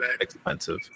expensive